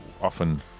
often